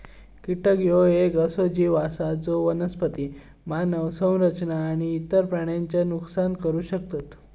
कीटक ह्यो येक असो जीव आसा जो वनस्पती, मानव संरचना आणि इतर प्राण्यांचा नुकसान करू शकता